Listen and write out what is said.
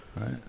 right